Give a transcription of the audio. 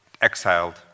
exiled